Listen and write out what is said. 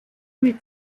mit